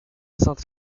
saint